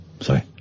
Sorry